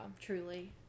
Truly